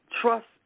trust